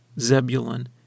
Zebulun